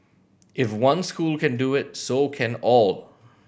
if one school can do it so can all